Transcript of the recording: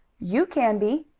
you can be.